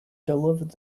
delivered